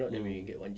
mm